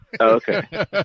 Okay